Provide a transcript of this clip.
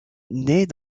nait